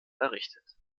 errichtet